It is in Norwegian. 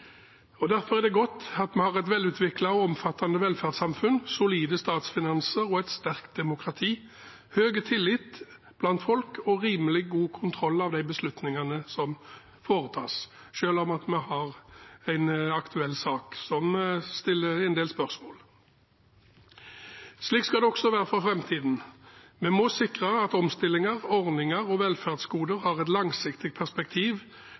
rammebetingelser. Derfor er det godt at vi har et velutviklet og omfattende velferdssamfunn, solide statsfinanser og et sterkt demokrati, høy tillit blant folk og rimelig god kontroll av de beslutningene som foretas – selv om vi har en aktuell sak som reiser en del spørsmål. Slik skal det også være for framtiden. Vi må sikre at omstillinger, ordninger og velferdsgoder har et langsiktig perspektiv